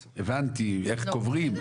הבנתי, איך קוברים?